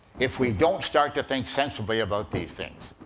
if we don't start to think sensibly about these things.